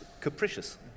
capricious